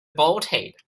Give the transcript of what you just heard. bolted